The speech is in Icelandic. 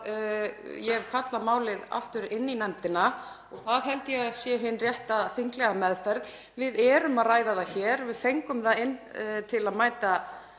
ég hef kallað málið aftur inn í nefndina og það held ég að sé hin rétta þinglega meðferð. Við erum að ræða það hér og fengum það inn til að mæta